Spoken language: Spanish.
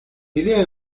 idea